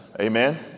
amen